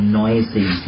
noisy